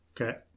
Okay